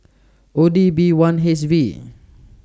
O D B one H V